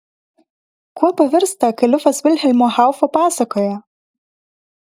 kuo pavirsta kalifas vilhelmo haufo pasakoje